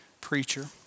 preacher